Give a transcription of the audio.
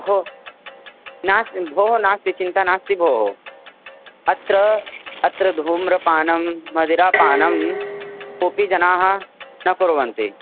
भोः नास्ति भोः नास्ति चिन्ता नास्ति भोः अत्र अत्र धूम्रपानं मदिरापानं कोपि जनाः न कुर्वन्ति